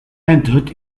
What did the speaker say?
entered